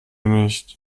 nicht